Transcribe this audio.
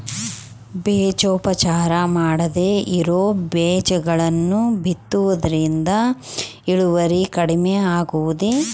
ಬೇಜೋಪಚಾರ ಮಾಡದೇ ಇರೋ ಬೇಜಗಳನ್ನು ಬಿತ್ತುವುದರಿಂದ ಇಳುವರಿ ಕಡಿಮೆ ಆಗುವುದೇ?